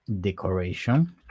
decoration